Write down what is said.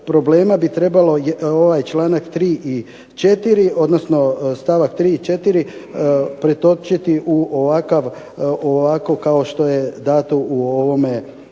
problema bi trebalo ovaj članak 3. i 4., odnosno stavak 3. i 4. pretočiti ovako kao što je dato u ovome